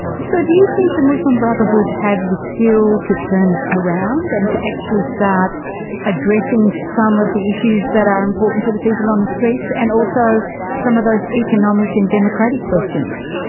so do you think the muslim brotherhood have the skills to turn it around and to actually start addressing some of the issues that are important to the people on the streets, and also some of those economic and democratic questions?